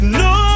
no